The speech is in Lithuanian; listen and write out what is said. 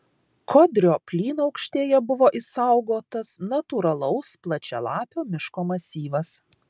kodrio plynaukštėje buvo išsaugotas natūralaus plačialapio miško masyvas